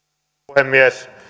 puhemies